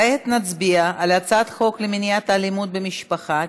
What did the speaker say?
כעת נצביע על הצעת חוק למניעת אלימות במשפחה (תיקון,